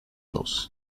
los